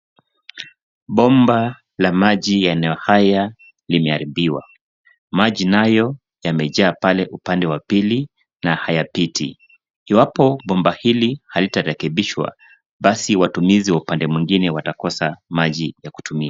Bomba la maji la eneo haya limeharibiwa. Maji nayo yamejaa pale upande wa pili na hayapiti. Iwapo bomba hili halitarekebishwa basi watumizi wa upande mwingine watakosa maji ya kutumia.